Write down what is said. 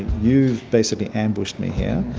you've basically ambushed me here,